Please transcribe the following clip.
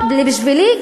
בשבילי,